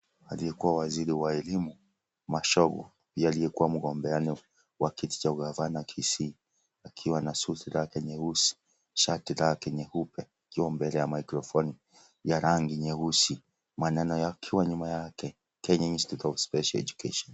Aliyekuwa waziri wa elimu, Machogu, ndiye aliyekuwa mgombea wa kiti cha ugavana Kisii akiwa na suti lake nyeusi, shati lake nyeupe akiwa mbele ya maikrofoni ya rangi nyeusi, maneno yakiwa nyuma yake (cs)Kenya Institute of Special Education(cs)